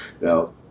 now